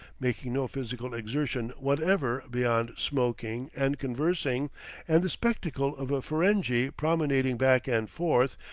making no physical exertion whatever beyond smoking and conversing and the spectacle of a ferenghi promenading back and forth,